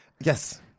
Yes